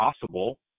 possible